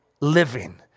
living